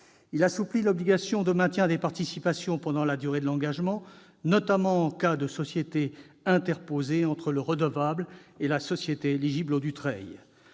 Il assouplit l'obligation de maintien des participations pendant la durée de l'engagement, notamment en cas d'interposition de société entre le redevable et la société éligible au